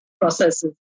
processes